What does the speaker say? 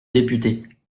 député